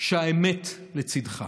שהאמת לצידך.